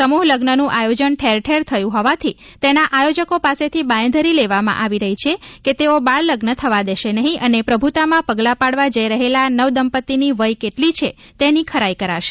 સમૂહ લગ્નનું આયોજન ઠેરઠેર થયું હોવાથી તેના આયોજકો પાસેથી બાંયધરી લેવામાં આવી રહી છે કે તેઓ બાળલગ્ન થવા દેશે નહીં અને પ્રભૂતામાં પગલા પાડવા જઇ રહેલા નવદંપતિની વય કેટલી છે તેની ખરાઈ કરશે